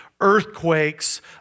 Earthquakes